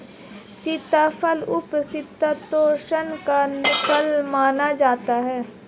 सीताफल उपशीतोष्ण फल माना जाता है